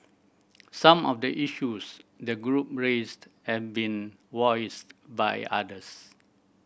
some of the issues the group raised have been voiced by others